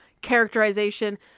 characterization